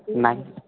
नाही